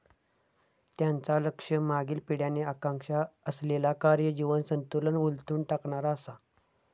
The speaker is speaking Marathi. त्यांचा लक्ष मागील पिढ्यांनी आकांक्षा असलेला कार्य जीवन संतुलन उलथून टाकणा असा